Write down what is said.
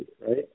right